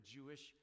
Jewish